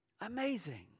Amazing